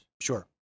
Sure